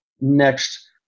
next